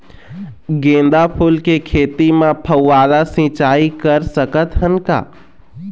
गेंदा फूल के खेती म फव्वारा सिचाई कर सकत हन का?